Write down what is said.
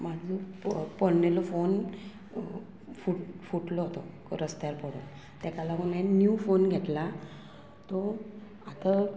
म्हाजो प पडणेलो फोन फुटलो तो रस्त्यार पडोन तेका लागून हांवें न्यू फोन घेतला तो आतां